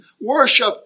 worship